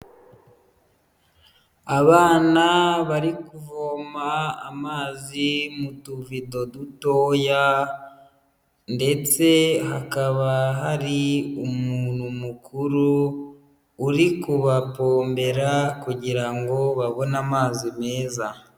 Abana bari kuvoma amazi mu tubido dutoya ndetse hakaba hari umuntu mukuru uri kubapombera kugira ngo babone amazi meza.